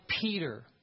Peter